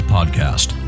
Podcast